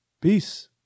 Peace